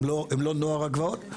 הם לא נוער הגבעות,